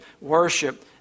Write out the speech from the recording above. worship